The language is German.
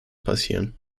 passieren